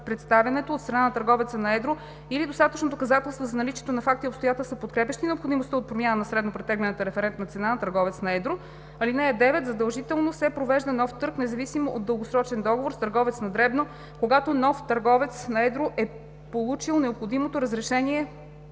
представянето от страна на търговеца на едро на достатъчно доказателства за наличието на факти и обстоятелства, подкрепящи необходимостта от промяна на среднопретеглената референтна цена на търговец на едро. (9) Задължително се провежда нов търг, независимо от дългосрочен договор с търговец на дребно, когато нов търговец на едро е получил необходимото разрешение